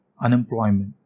unemployment